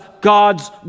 God's